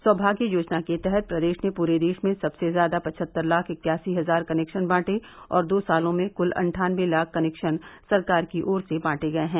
सौभाग्य योजना के तहत प्रदेश ने पूरे देश में सबसे ज्यादा पचहत्तर लाख इक्यासी हजार कनेक्शन बांटे और दो सालों में कुल अट्ठानवे लाख कनेक्शन सरकार की ओर से बांटे गये हैं